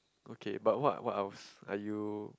okay but what what else are you